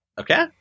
okay